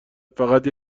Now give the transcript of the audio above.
فقط